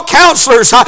counselors